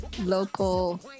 local